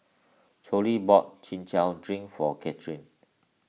Chloie bought Chin Chow Drink for Kathryne